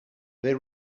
they